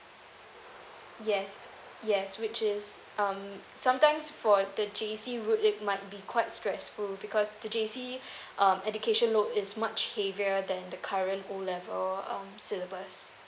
yes yes which is um sometimes for the J_C route it might be quite stressful because the J_C um education route is much heavier than the current O level um syllabus